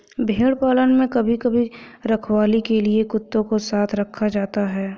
भेड़ पालन में कभी कभी रखवाली के लिए कुत्तों को साथ रखा जाता है